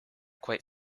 quite